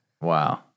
Wow